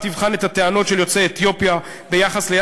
המשטרה תבחן את הטענות של יוצאי אתיופיה בישראל,